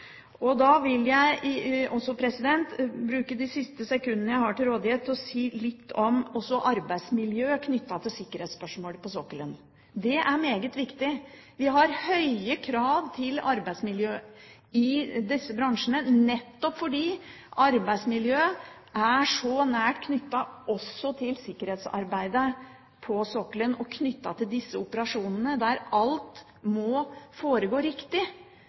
vil jeg bruke de siste sekundene jeg har til rådighet, til også å si litt om arbeidsmiljø knyttet til sikkerhetsspørsmål på sokkelen. Det er meget viktig. Vi har høye krav til arbeidsmiljø i disse bransjene, nettopp fordi arbeidsmiljøet er så nært knyttet til sikkerhetsarbeidet på sokkelen og til disse operasjonene, der alt må foregå riktig,